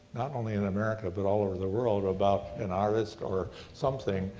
not only in america, but all over the world, about an artist or something,